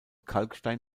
kalkstein